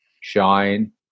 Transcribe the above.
shine